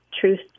truth